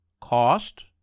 cost